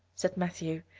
said matthew,